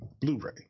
blu-ray